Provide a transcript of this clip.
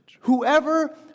Whoever